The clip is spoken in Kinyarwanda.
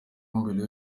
mbere